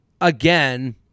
again